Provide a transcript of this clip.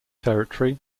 territory